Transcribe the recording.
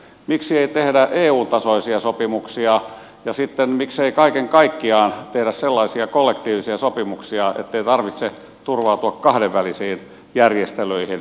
miksi ei tehdä eu tasoisia sopimuksia ja miksei kaiken kaikkiaan tehdä sellaisia kollektiivisia sopimuksia ettei tarvitse turvautua kahdenvälisiin järjestelyihin